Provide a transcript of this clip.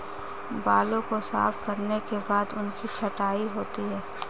बालों को साफ करने के बाद उनकी छँटाई होती है